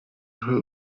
who